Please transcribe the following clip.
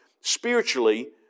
spiritually